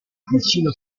pulcino